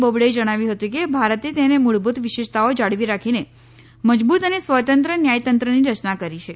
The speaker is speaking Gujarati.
બોબડેએ જણાવ્યું હતું કે ભારતે તેની મુળભુત વિશેષતાઓ જાળવી રાખીને મજબુત અને સ્વતંત્ર ન્યાયતંત્રની રચના કરી છે